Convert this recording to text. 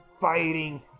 fighting